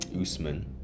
Usman